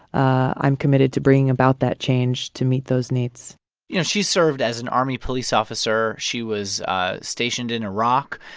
i'm committed to bringing about that change to meet those needs you know, she's served as an army police officer. she was stationed in iraq.